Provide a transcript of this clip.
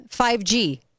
5g